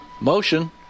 motion